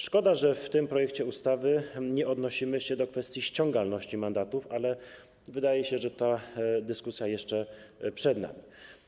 Szkoda, że w tym projekcie ustawy nie odnosimy się do kwestii ściągalności mandatów, ale wydaje się, że ta dyskusja jeszcze przed nami.